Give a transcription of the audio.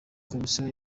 komisiyo